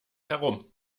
herum